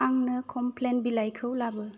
आंंनो कमप्लेन बिलाइखौ लाबो